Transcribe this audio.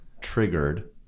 Triggered